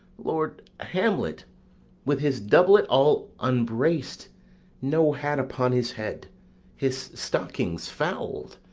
lord hamlet with his doublet all unbrac'd no hat upon his head his stockings foul'd,